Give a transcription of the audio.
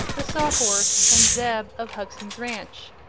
the sawhorse and zeb of hugson's ranch.